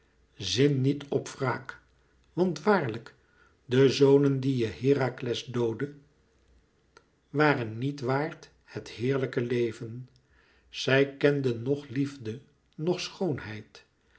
zin niet op wraak want waarlijk de zonen die je herakles doodde waren niet waard het heerlijke leven zij kenden noch liefde noch schoonheid